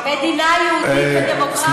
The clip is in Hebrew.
מדינה יהודית ודמוקרטית?